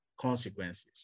consequences